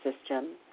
system